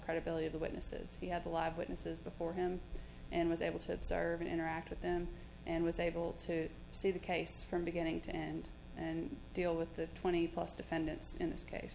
credibility of the witnesses he had a lot of witnesses before him and was able to observe and interact with them and was able to see the case from beginning to end and deal with the twenty plus defendants in this case